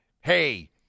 hey